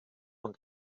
und